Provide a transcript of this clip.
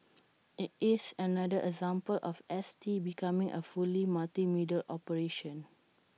IT is another example of S T becoming A fully multimedia operation